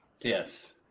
Yes